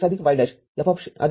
x y' F० १